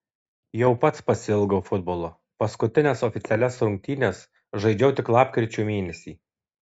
jau pats pasiilgau futbolo paskutines oficialias rungtynes žaidžiau tik lapkričio mėnesį